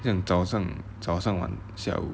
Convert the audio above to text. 这样早上早上晚下午